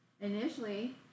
Initially